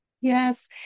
Yes